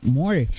more